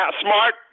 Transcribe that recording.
smart